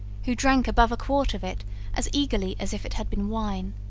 who drank above a quart of it as eagerly as if it had been wine.